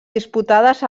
disputades